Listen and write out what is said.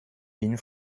bin